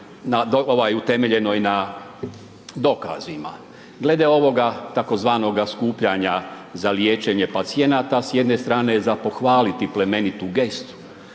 utemeljenoj na dokazima. Glede ovoga tzv. skupljanja za liječenje pacijenata, s jedne strane je za pohvaliti plemenitu gestu